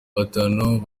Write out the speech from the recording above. batanu